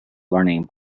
learning